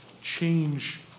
change